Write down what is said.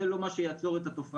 זה לא מה שיעצור את התופעה,